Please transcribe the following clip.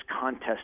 contest